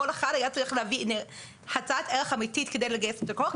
כל אחד היה צריך להביא הצעת ערך אמיתית כדי לגייס את הלקוח,